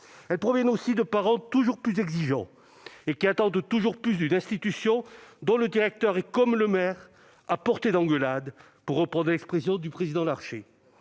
Elles proviennent également de parents de plus en plus exigeants, qui attendent toujours davantage d'une institution dont le directeur est, comme le maire, « à portée d'engueulade », pour reprendre l'expression du président Larcher.